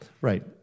Right